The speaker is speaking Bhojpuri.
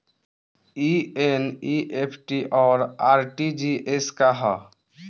ई एन.ई.एफ.टी और आर.टी.जी.एस का ह?